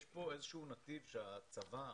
יש פה איזשהו נתיב שהצבא,